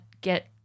get